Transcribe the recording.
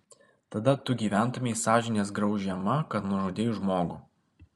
tada tu gyventumei sąžinės graužiama kad nužudei žmogų